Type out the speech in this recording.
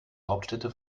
hauptstädte